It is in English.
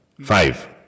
five